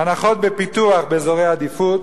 הנחות בפיתוח באזורי עדיפות,